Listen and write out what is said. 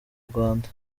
rwanda